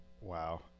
Wow